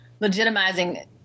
legitimizing